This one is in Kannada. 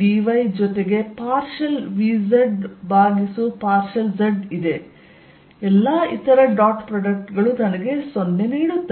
dvdy ಜೊತೆಗೆ ಪಾರ್ಷಿಯಲ್ vz ಪಾರ್ಷಿಯಲ್ z ಇದೆ ಎಲ್ಲಾ ಇತರ ಡಾಟ್ ಪ್ರಾಡಕ್ಟ್ ಗಳು ನನಗೆ 0 ನೀಡುತ್ತದೆ